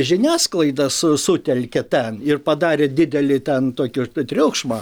žiniasklaidą su sutelkė ten ir padarė didelį ten tokio triukšmą